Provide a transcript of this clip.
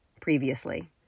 previously